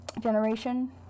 generation